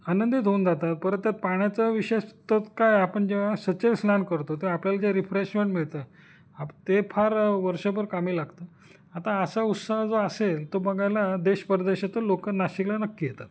आनंदित होऊन जातात परत त्यात पाण्याचा विशेष तर काय आपण जेव्हा सचैल स्नान करतो तेव्हा आपल्याला जे रिफ्रेशमेंट मिळतं आप ते फार वर्षभर कामी लागतं आता असा उत्साह जो असेल तो बघायला देश परदेशातले लोक नाशिकला नक्की येतात